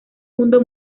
mundo